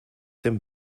dem